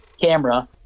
camera